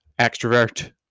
extrovert